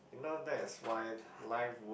you know that is why life work